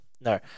No